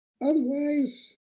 otherwise